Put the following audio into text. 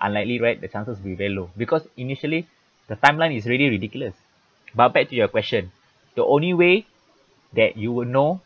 unlikely right the chances will be very low because initially the time line is already ridiculous but back to your question the only way that you will know